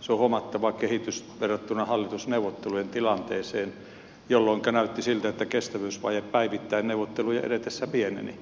se on huomattava kehitys verrattuna hallitusneuvottelujen tilanteeseen jolloinka näytti siltä että kestävyysvaje päivittäin neuvottelujen edetessä pieneni